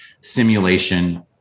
simulation